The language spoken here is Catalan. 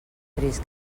trist